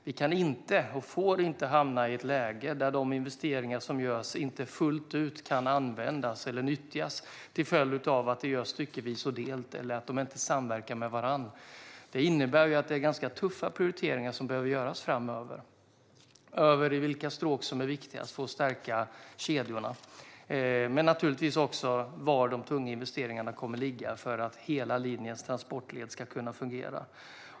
Vi kan inte och får inte hamna i ett läge där de investeringar som görs inte fullt ut kan nyttjas till följd av att de görs styckevis och delt eller inte samverkar med varandra. Det innebär att det är ganska tuffa prioriteringar som behöver göras framöver vad gäller vilka stråk som är viktigast för att stärka kedjorna och naturligtvis också var de tunga investeringarna ska ligga för att hela linjens transportled ska kunna fungera.